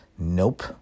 Nope